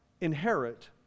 inherit